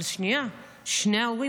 אבל שנייה, שני ההורים